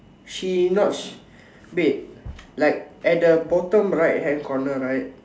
she not wait like at the bottom right hand corner right